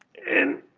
and